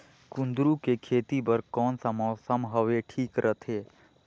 कुंदूरु के खेती बर कौन सा मौसम हवे ठीक रथे?